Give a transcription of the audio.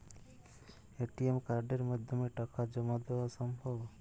ATM কার্ডের মাধ্যমে টাকা জমা দেওয়া সম্ভব?